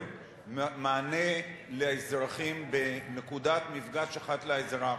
מענה לאזרחים בנקודת מפגש אחת לאזרח,